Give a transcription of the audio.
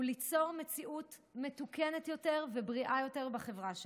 היא ליצור מציאות מתוקנת יותר ובריאה יותר בחברה שלנו.